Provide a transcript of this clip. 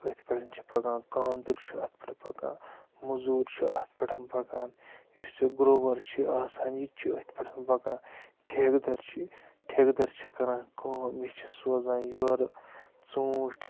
أتھۍ پٮ۪ٹھ چھِ پَکان کاندُر چھُ اَتھ پٮ۪ٹھ پَکان مٔزوٗر چھُ اَتھ پٮ۪ٹھ پَکان یُس یہِ گروٚوَر چھِ آسان یہِ تہِ چھِ أتھۍ پٮ۪ٹھ پَکان ٹھیکہٕ دَر چھِ ٹھیکہٕ دَر چھِ کَران کٲم یہِ چھِ سوزان یورٕ ژوٗنٛٹھۍ